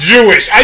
Jewish